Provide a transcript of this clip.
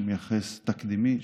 תקדימי,